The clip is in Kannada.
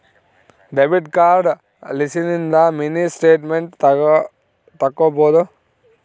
ಡೆಬಿಟ್ ಕಾರ್ಡ್ ಲಿಸಿಂದ ಮಿನಿ ಸ್ಟೇಟ್ಮೆಂಟ್ ತಕ್ಕೊಬೊದು